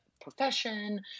profession